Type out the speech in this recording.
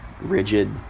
Rigid